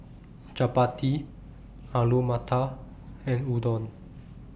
Chapati Alu Matar and Udon